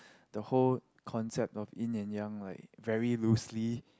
the whole concept of Yin and Yang like very loosely